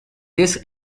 this